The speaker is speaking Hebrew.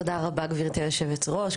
תודה רבה גברתי יושבת הראש.